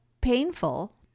painful